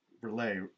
relay